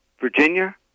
Virginia